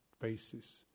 basis